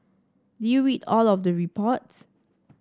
did you read all of the reports